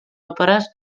òperes